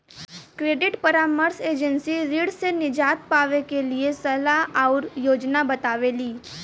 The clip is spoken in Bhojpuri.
क्रेडिट परामर्श एजेंसी ऋण से निजात पावे क लिए सलाह आउर योजना बतावेली